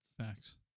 Facts